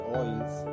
oils